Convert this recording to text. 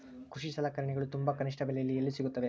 ಕೃಷಿ ಸಲಕರಣಿಗಳು ತುಂಬಾ ಕನಿಷ್ಠ ಬೆಲೆಯಲ್ಲಿ ಎಲ್ಲಿ ಸಿಗುತ್ತವೆ?